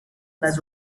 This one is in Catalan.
les